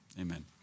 Amen